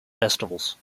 festivals